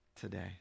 today